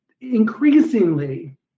Increasingly